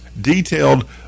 detailed